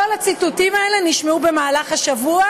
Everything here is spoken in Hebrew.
כל הציטוטים האלה נשמעו במהלך השבוע